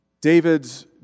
David's